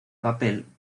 papel